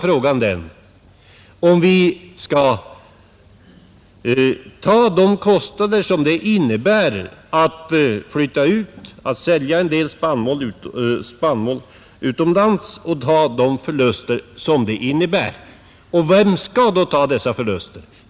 Frågan är om vi skall ta de kostnader det innebär att sälja en del spannmål utomlands med förlust. Vem skall då ta dessa förluster?